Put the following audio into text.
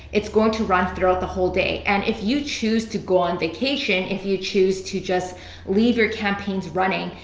it's going to run throughout the whole day. and if you choose to go on vacation, if you choose to just leave your campaigns running,